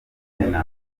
izina